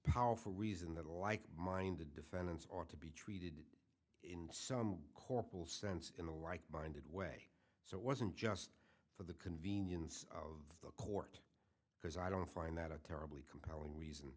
powerful reason that like minded defendants are to be treated in some corporal sense in a like minded way so it wasn't just for the convenience of the court because i don't find that a terribly compelling reason